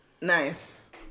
Nice